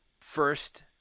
first